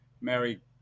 Mary